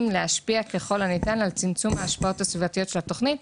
להשפיע ככל הניתן על צמצום ההשפעות הסביבתיות של התוכנית.